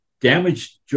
damaged